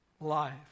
life